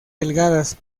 delgadas